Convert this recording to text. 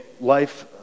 life